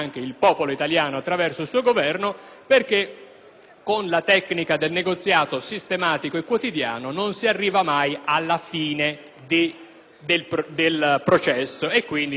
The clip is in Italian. con la tecnica del negoziato sistematico e quotidiano non si arriva mai alla fine del processo e quindi non si arriva mai a dare finalmente i soldi.